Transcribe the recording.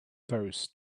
throws